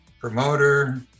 promoter